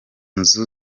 nzu